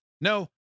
no